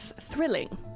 thrilling